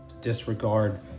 disregard